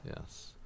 yes